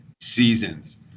seasons